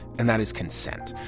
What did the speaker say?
and that is consent.